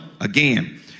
again